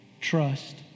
trust